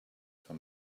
for